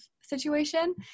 situation